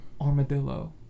Armadillo